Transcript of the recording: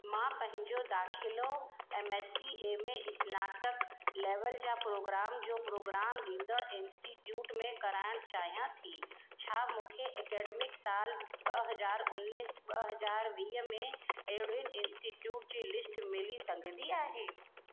मां पंहिंजो दाख़िलो एम एस सी ए में स्नातक लेवल जा प्रोग्राम जो प्रोग्राम ॾींदड़ु इन्स्टिटयूट में कराइणु चाहियां थी छा मूंखे ऐकडेमिक सालु ॿ हज़ार उनिस ॿ हज़ार वीह में अहिड़ियुनि इन्स्टिटयूट जी लिस्ट मिली सघंदी आहे